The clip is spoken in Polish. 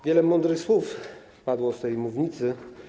Wiele mądrych słów padło z tej mównicy.